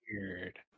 weird